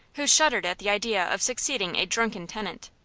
who shuddered at the idea of succeeding a drunken tenant.